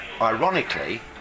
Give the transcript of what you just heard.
ironically